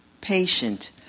Patient